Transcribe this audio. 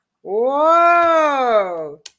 Whoa